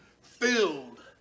filled